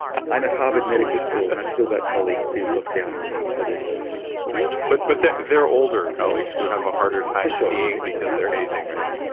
i'm at harvard medical school and i've still got colleagues who look down on me for this but but they're they're older colleagues who have a harder time seeing because they're aging, right?